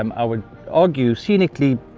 um i would argue scenically